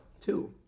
two